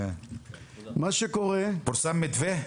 פורסם מתווה?